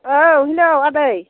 औ हेल' आदै